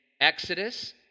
Exodus